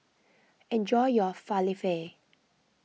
enjoy your Falafel